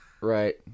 Right